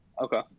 okay